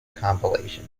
compilation